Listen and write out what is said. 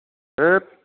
होद